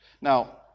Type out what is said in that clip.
Now